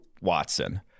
Watson